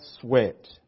sweat